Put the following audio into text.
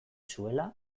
zuela